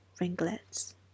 ringlets